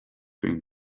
cream